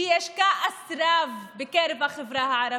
שיש כעס רב בקרב החברה הערבית,